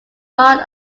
part